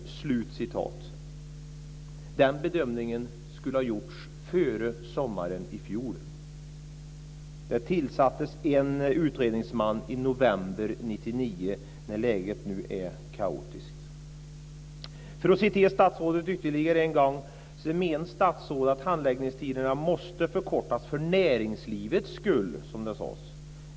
Den bedömningen skulle ha gjorts före sommaren i fjol. Det tillsattes en utredningsman i november 1999, när läget var kaotiskt. Statstrådet menade att handläggningstiderna måste förkortas för näringslivets skull.